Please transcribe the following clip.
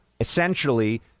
essentially